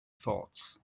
thoughts